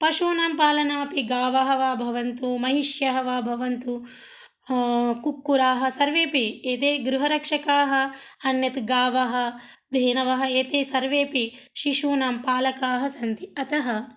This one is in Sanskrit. पशूनां पालनमपि गावः वा भवन्तु महिष्यः वा भवन्तु कुक्कुराः सर्वेपि एते गृहरक्षकाः अन्यत् गावः धेनवः एते सर्वे अपि शिशूनां पालकाः सन्ति अतः